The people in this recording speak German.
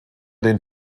den